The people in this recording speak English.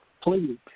Please